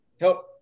help